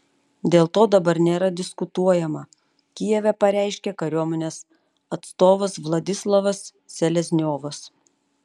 dėl to dabar nėra diskutuojama kijeve pareiškė kariuomenės atstovas vladislavas selezniovas